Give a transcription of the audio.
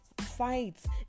fights